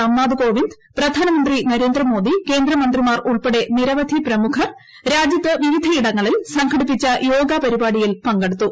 രാംനാഥ് കോവിന്ദ് പ്രധാനമന്ത്രി നരേന്ദ്രമോദി രാഷ്ട്രപതി കേന്ദ്രമന്ത്രിമാർ ഉൾപ്പടെ നിരവധി പ്രമുഖർ രാജ്യത്ത് വിവിധയിടങ്ങളിൽ സംഘടിപ്പിച്ച യോഗ പരിപാടിയിൽ പങ്കെടുത്തു